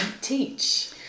teach